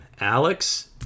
Alex